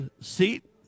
seat